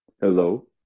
Hello